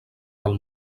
del